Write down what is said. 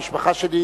המשפחה שלי,